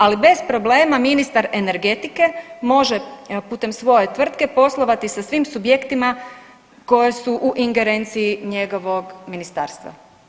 Ali bez problema ministar energetike može putem svoje tvrtke poslovati sa svim subjektima koji su u ingerenciji njegovog ministarstva.